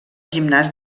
gimnàs